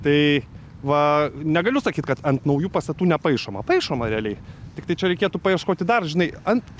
tai va negaliu sakyt kad ant naujų pastatų nepaišoma paišoma realiai tiktai čia reikėtų paieškoti dar žinai ant